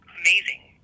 amazing